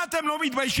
מה, אתה לא מתביישים?